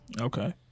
okay